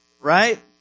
right